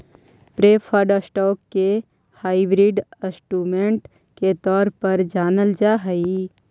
preferred stock के hybrid instrument के तौर पर जानल जा हइ